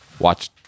watch